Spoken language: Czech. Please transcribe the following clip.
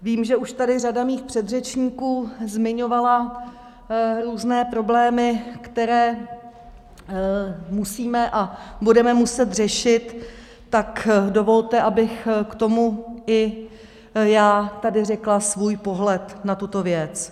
Vím, že tady už řada mých předřečníků zmiňovala různé problémy, které musíme a budeme muset řešit, tak dovolte, abych k tomu i já tady řekla svůj pohled na tuto věc.